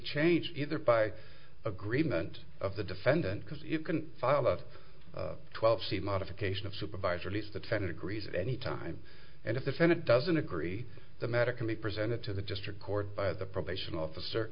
changed either by agreement of the defendant because you can file of twelve c modification of supervisor lease the ten degrees anytime and if the senate doesn't agree the matter can be presented to the district court by the probation officer